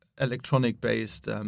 electronic-based